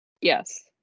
Yes